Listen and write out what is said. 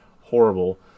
horrible